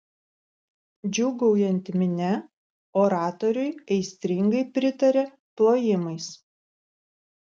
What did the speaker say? džiūgaujanti minia oratoriui aistringai pritarė plojimais